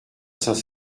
saint